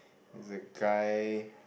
there's a guy